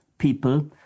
People